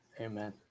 Amen